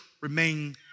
remain